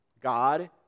God